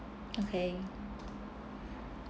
okay